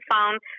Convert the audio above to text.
found